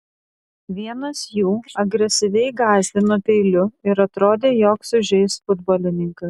vienas jų agresyviai gąsdino peiliu ir atrodė jog sužeis futbolininką